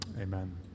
amen